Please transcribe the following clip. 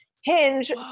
Hinge